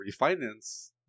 refinance